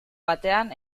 batean